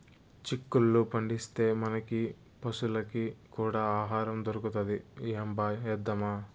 చిక్కుళ్ళు పండిస్తే, మనకీ పశులకీ కూడా ఆహారం దొరుకుతది ఏంబా ఏద్దామా